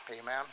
amen